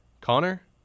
Connor